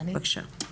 בבקשה.